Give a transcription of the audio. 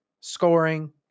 scoring